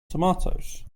tomatoes